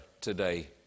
today